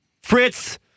Fritz